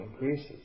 increases